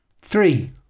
Three